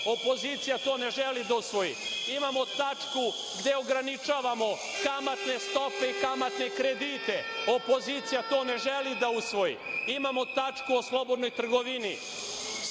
Opozicija to ne želi da usvoji. Imamo tačku gde ograničavamo kamatne stope i kamatne kredite. Opozicija to ne želi da usvoji. Imamo tačku o slobodnoj trgovini